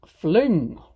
fling